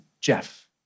Jeff